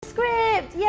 script! yeah